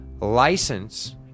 license –